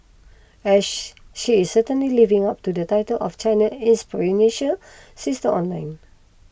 and she is certainly living up to the title of China's inspirational sister online